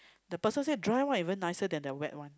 the person say dry one even nicer than the wet one